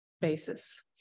basis